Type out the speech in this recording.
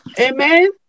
Amen